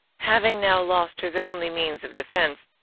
having now lost his only means of defence,